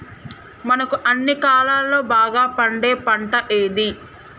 మనకు అన్ని కాలాల్లో బాగా పండే పంట ఏది?